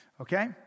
okay